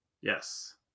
yes